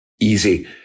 easy